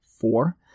four